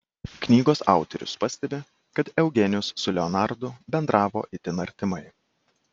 knygos autorius pastebi kad eugenijus su leonardu bendravo itin artimai